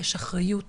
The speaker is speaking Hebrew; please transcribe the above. יש אחראיות